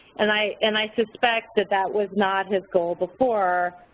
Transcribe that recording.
and i and i suspect that that was not his goal before,